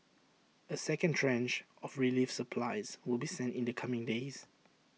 A second tranche of relief supplies will be sent in the coming days